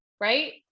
right